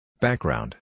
Background